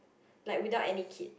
like without any kid